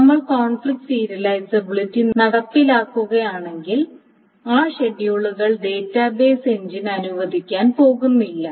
നമ്മൾ conflict serializability നടപ്പിലാക്കുകയാണെങ്കിൽ ആ ഷെഡ്യൂളുകൾ ഡാറ്റാബേസ് എഞ്ചിൻ അനുവദിക്കാൻ പോകുന്നില്ല